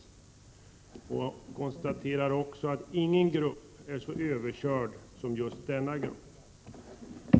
Han konstaterar också att ingen grupp är så överkörd som just denna grupp.